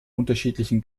unterschiedlichen